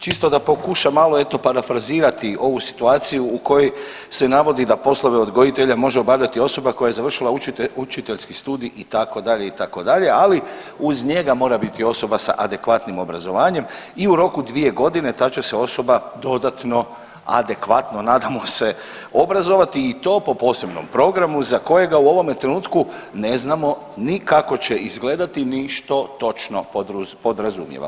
Čisto da pokušam malo eto parafrazirati ovu situaciju u kojoj se navodi da poslove odgojitelja može obavljati osoba koja je završila učiteljski studij itd. itd., ali uz njega mora biti osoba sa adekvatnim obrazovanjem i u roku 2.g. ta će se osoba dodatno adekvatno nadamo se obrazovati i to po posebnom programu za kojega u ovome trenutku ne znamo ni kako će izgledati ni što točno podrazumijeva.